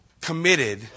committed